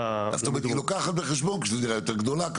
--- זאת אומרת היא לוקחת בחשבון כשזה דירה יותר גדולה.